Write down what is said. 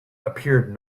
appeared